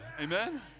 Amen